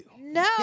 No